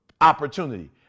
opportunity